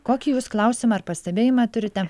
kokį jūs klausimą ar pastebėjimą turite